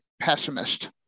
pessimist